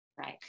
right